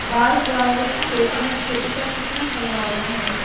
बाढ़ प्रभावित क्षेत्र में खेती क कितना सम्भावना हैं?